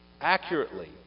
accurately